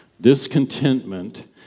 Discontentment